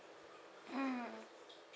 mm